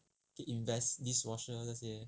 invest dishwasher 这些